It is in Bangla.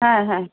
হ্যাঁ হ্যাঁ